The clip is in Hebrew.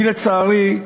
לצערי,